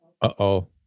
Uh-oh